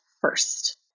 first